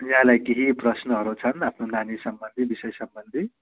यहाँलाई केही प्रश्नहरू छन् आफ्नो नानी सम्बन्धी विषय सम्बन्धी